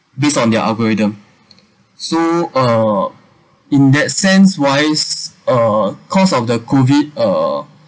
based on their algorithm so uh in that sense wise uh cause of the COVID uh